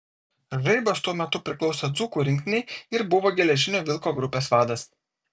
žaibas tuo metu priklausė dzūkų rinktinei ir buvo geležinio vilko grupės vadas